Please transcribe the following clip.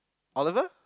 Oliver